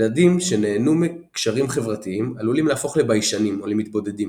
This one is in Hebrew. ילדים שנהנו מקשרים חברתיים עלולים להפוך לביישניים או למתבודדים,